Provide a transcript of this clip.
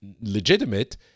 legitimate